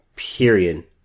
Period